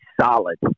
solid